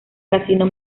casino